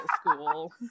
school